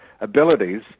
abilities